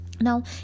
Now